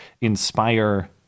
inspire